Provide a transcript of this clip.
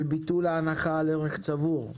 היוזמה לביטול ההנחה של ערך צבור?